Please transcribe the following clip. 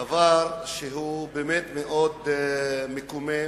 דבר שהוא באמת מאוד מקומם,